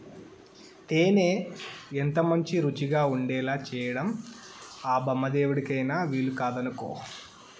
తేనె ఎంతమంచి రుచిగా ఉండేలా చేయడం ఆ బెమ్మదేవుడికైన వీలుకాదనుకో